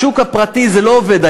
בשוק הפרטי זה לא עובד,